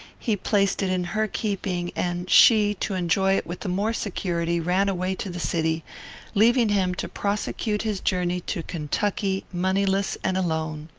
he placed it in her keeping, and she, to enjoy it with the more security, ran away to the city leaving him to prosecute his journey to kentucky moneyless and alone.